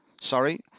sorry